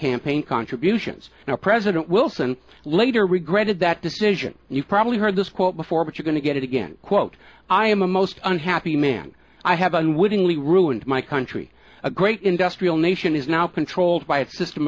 campaign contributions now president wilson later regretted that decision you've probably heard this quote before but you're going to get it again quote i am a most unhappy man i have unwittingly ruined my country a great industrial nation is now controlled by a system